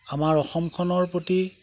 আমাৰ অসমখনৰ প্ৰতি